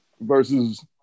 versus